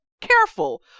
careful